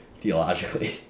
theologically